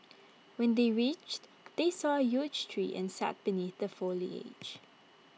when they reached they saw huge tree and sat beneath the foliage